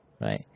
right